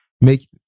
make